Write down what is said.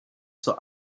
zur